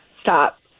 Stop